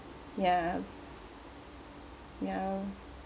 ya ya